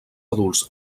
adults